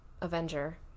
Avenger